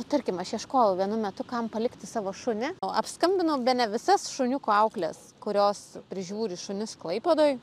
nu tarkim aš ieškojau vienu metu kam palikti savo šunį apskambinau bene visas šuniukų aukles kurios prižiūri šunis klaipėdoj